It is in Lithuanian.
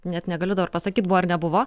net negaliu dabar pasakyt buvo ar nebuvo